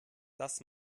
das